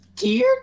Dear